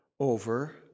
over